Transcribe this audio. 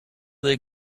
they